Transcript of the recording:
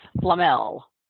Flamel